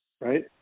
right